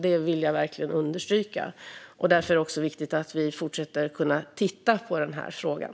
Det vill jag verkligen understryka. Därför är det också viktigt att vi fortsätter att kunna titta på den här frågan.